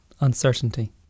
Uncertainty